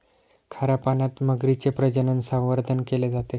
खाऱ्या पाण्यात मगरीचे प्रजनन, संवर्धन केले जाते